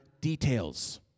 details